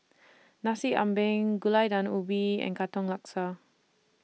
Nasi Ambeng Gulai Daun Ubi and Katong Laksa